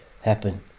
happen